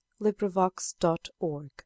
LibriVox.org